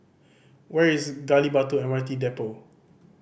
where is Gali Batu M R T Depot